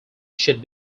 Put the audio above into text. should